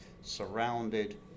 surrounded